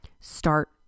Start